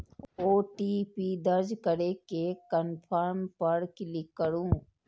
OTP दर्ज करै के कंफर्म पर क्लिक करू